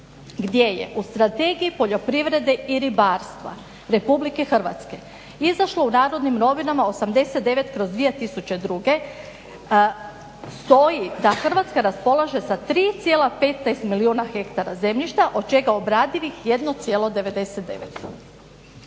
gdje je u strategiji poljoprivrede i ribarstva RH izašlo u Narodnim novinama 89/2002. Stoji da Hrvatska raspolaže 3,15 milijuna hektara zemljišta od čega obradivih 1,99.